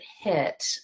hit